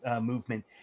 movement